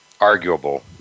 arguable